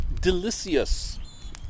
Delicious